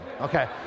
Okay